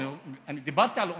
אני דיברתי על אוניברסיטאות,